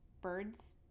birds